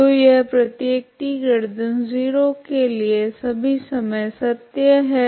तो यह प्रत्येक t0 के लिए सभी समय सत्य है